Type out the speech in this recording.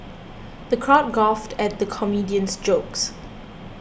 the crowd guffawed at the comedian's jokes